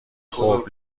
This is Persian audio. خوب